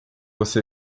você